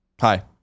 Hi